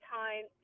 time